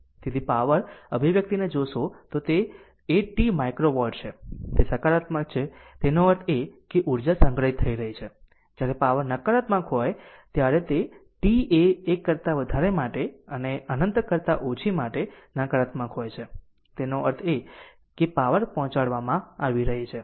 તેથી જો પાવર અભિવ્યક્તિને જોશો તો તે 8t માઇક્રો વોટ છે તેથી તે સકારાત્મક છે તેનો અર્થ છે કે ઉર્જા સંગ્રહિત થઈ રહી છે અને જ્યારે પાવર નકારાત્મક હોય છે ત્યારે t એ 1 કરતા વધારે અને અનંત કરતા ઓછી અને નકારાત્મક હોય છે તેનો અર્થ એ છે કે પાવર પહોંચાડવામાં આવી રહી છે